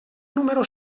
número